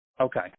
Okay